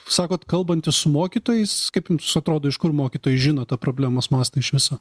sakot kalbantis su mokytojais kaip jums atrodo iš kur mokytojai žino tą problemos mastą iš viso